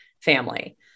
family